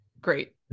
Great